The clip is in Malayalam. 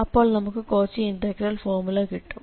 അപ്പോൾ നമുക്ക് കോച്ചി ഇന്റഗ്രൽ ഫോർമുല കിട്ടും